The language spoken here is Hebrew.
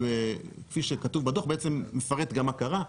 וכפי שכתוב בדו"ח בעצם מפרט גם מה קרה.